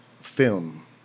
film